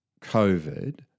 COVID